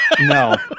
No